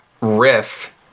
riff